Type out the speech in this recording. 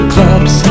Clubs